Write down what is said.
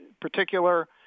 particular